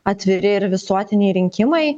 atviri ir visuotiniai rinkimai